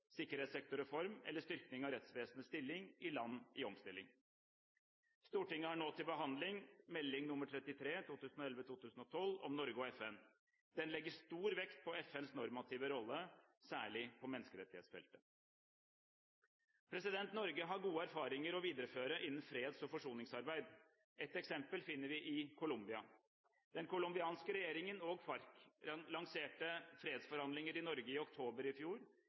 sikkerhetssektorreform eller styrking av rettsvesenets stilling i land i omstilling. Stortinget har nå til behandling Meld. St. 33 for 2011–2012 om Norge og FN. Den legger stor vekt på FNs normative rolle – særlig på menneskerettighetsfeltet. Norge har gode erfaringer å videreføre innen freds- og forsoningsarbeid. Ett eksempel finner vi i Colombia. Den colombianske regjeringen og FARC lanserte fredsforhandlinger i Norge i oktober i fjor,